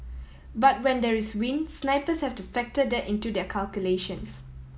but when there is wind snipers have to factor that into their calculations